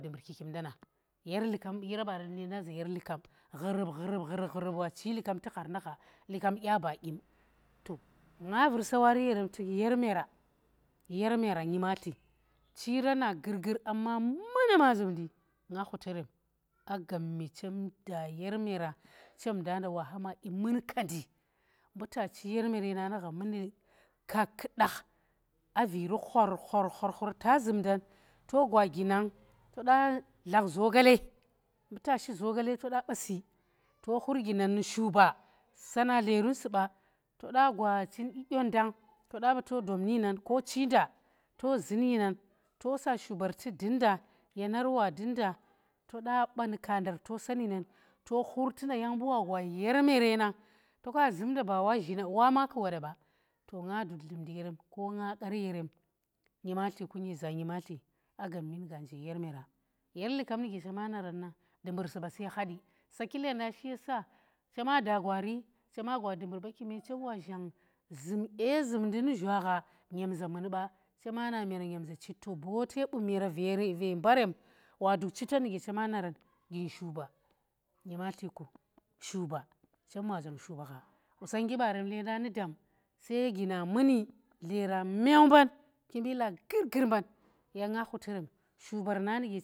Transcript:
Kikim nda na yer likam yer barem lenda nga za yer likam ghurub ghurub wa chi likan tu ghar nu gha, likem dya ba dyim to nga vur sawari yerem tuk, yer meera, yer meera nyimatli, chira na gurgur amma muni ma zumndi nga khuterem a gammi chem da yer meera chem da nda waha ma dyi mun kandi mbu ta chi yer meera nang nu gha muni kakudakh a vivi khor khor khor ta zumndan to gwa ginang to da dlakh zogale mbu ta shir zogale toda ba si to khur ginan nu shuba saa na dlerun su ba toda gwa chen dyi dyot nda toda ba to dop ninan ko chinda to zun yi nan tosa shubartu dunnda, yeenar wa dunnda toda ba nu kandar to sanyi nan to khurtu nda yang mbu wa gwa yer meera nang, toka zumnda bawa zhi- wa bu woda ba to nga dud dlumndi yerem ko nga qar yerem nyimatli ku nyeza nyimatli a gammin gaanje yer meera yer likam nu ge chema naran nang dumbur suba sai hadi saki lenda shiyasa chema da gwari chema gwa dumbur ba kime chem wa zhang zum dye zumndi nu zhwa gha nyem zamun ba, cema na meera nyem za chit to bote bu meera ve mba rem wa duk chitan nuge chema naa ran, gin shu- ba nyimatli ku shu- ba chem wa zhang shu- ba gha qusonggi barem lenda nu daam se gina muni dlera myau mban, kimbilya gurgur mban, yag nga khuteran.